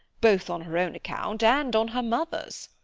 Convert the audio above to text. both on her own account and on her mother's.